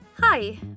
Hi